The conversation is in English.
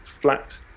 flat